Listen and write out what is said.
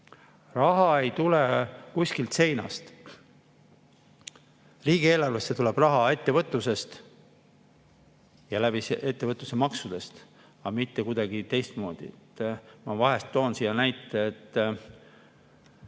Raha ei tule kuskilt seinast. Riigieelarvesse tuleb raha ettevõtlusest ja ettevõtluse maksudest, aga mitte kuidagi teistmoodi. Ma vahest toon ühe näite.